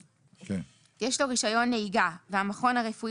מאלה: יש לו רישיון נהיגה והמכון הרפואי